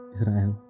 Israel